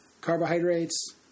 carbohydrates